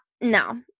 no